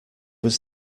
was